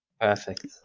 Perfect